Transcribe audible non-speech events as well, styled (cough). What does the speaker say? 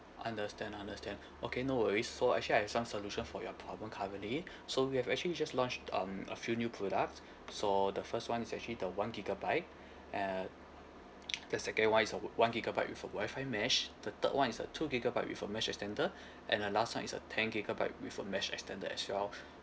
understand understand okay no worries so actually I have some solution for your problem currently so we have actually just launched um a few new products so the first one is actually the one gigabyte uh the second one is a one gigabyte with a Wi-Fi mesh the third one is a two gigabyte with a mesh extender (breath) and the last one is a ten gigabyte with a mesh extender as well